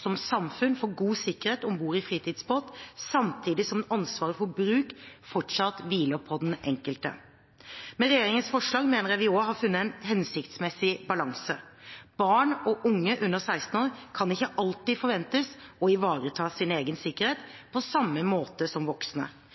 som samfunn har for god sikkerhet om bord i fritidsbåt, samtidig som ansvaret for bruk fortsatt hviler på den enkelte. Med regjeringens forslag mener jeg vi har funnet en hensiktsmessig balanse. Barn og unge under 16 år kan ikke alltid forventes å ivareta sin egen sikkerhet på samme måte som voksne.